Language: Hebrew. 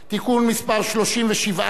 (תיקון מס' 37),